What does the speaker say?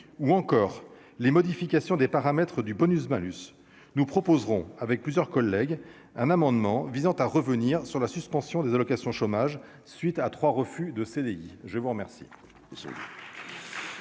ou encore les modifications des paramètres du bonus malus, nous proposerons avec plusieurs collègues, un amendement visant à revenir sur la suspension des allocations chômage suite à 3 refus de CDI, je vous remercie.